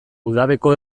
udabeko